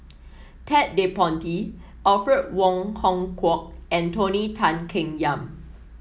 Ted De Ponti Alfred Wong Hong Kwok and Tony Tan Keng Yam